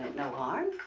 no harm.